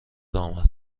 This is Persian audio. آمد